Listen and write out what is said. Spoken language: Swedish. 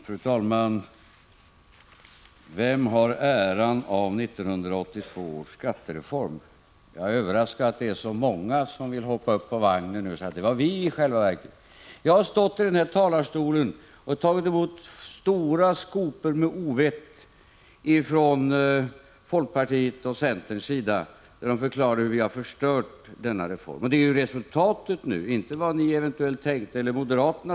Fru talman! Vem har äran av 1982 års skattereform? Jag är överraskad över att det är så många som nu vill hoppa upp på vagnen och säga: Det var i själva verket vi. Jag har stått i den här talarstolen och tagit emot stora skopor med ovett från folkpartiets och centerns sida. Ni har förklarat att vi har förstört hela — Prot. 1985/86:158 denna reform. Men det är ju resultatet som jag diskuterar, inte vad ni 2 juni 1986 eventuellt tänkte eller moderaterna.